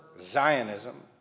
Zionism